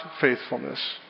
faithfulness